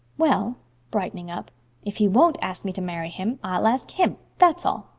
well brightening up if he won't ask me to marry him i'll ask him, that's all.